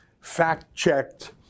fact-checked